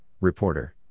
reporter